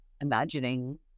imagining